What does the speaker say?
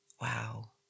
Wow